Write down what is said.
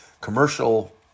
commercial